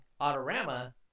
Autorama